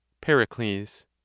Pericles